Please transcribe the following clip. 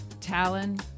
Talon